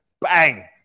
bang